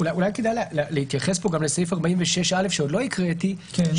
אולי כדאי להתייחס פה גם לסעיף 46(א) שעוד לא הקראתי כי הם